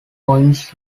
points